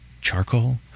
Charcoal